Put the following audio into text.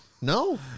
No